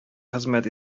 хезмәт